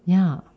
ya